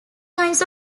kinds